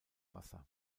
wasser